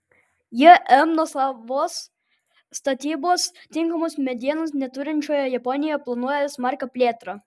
jm nuosavos statybos tinkamos medienos neturinčioje japonijoje planuoja smarkią plėtrą